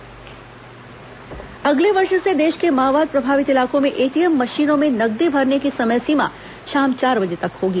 ATM अगले वर्ष से देश के माओवाद प्रभावित इलाकों में एटीएम मशीनों में नकदी भरने की समय सीमा शाम चार बजे तक होगी